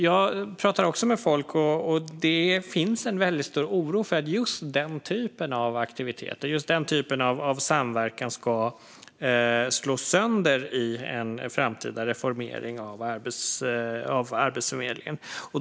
Jag pratar också med folk, och det finns en väldigt stor oro för att just den typen av samverkan ska slås sönder i en framtida reformering av Arbetsförmedlingen.